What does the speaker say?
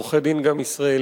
גם עורכי-דין ישראלים,